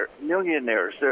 millionaires